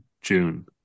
June